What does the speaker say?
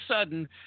sudden